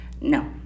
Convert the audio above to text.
No